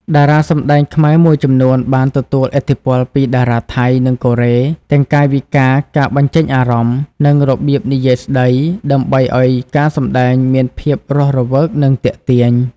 តារាសម្តែងខ្មែរមួយចំនួនបានទទួលឥទ្ធិពលពីតារាថៃ និងកូរ៉េ ទាំងកាយវិការ ការបញ្ចេញអារម្មណ៍ និងរបៀបនិយាយស្តី ដើម្បីឲ្យការសម្តែងមានភាពរស់រវើកនិងទាក់ទាញ។